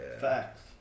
facts